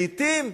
לעתים,